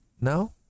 No